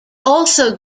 also